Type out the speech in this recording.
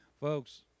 folks